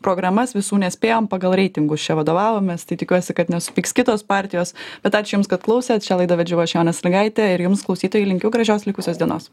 programas visų nespėjam pagal reitingus čia vadovavomės tai tikiuosi kad nesupyks kitos partijos bet ačiū jums kad klausėt šią laidą vedžiau aš jonė salygaitė ir jums klausytojai linkiu gražios likusios dienos